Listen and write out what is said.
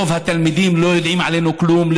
רוב התלמידים לא יודעים עלינו כלום,